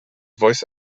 voice